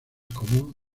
común